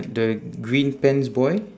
the green pants boy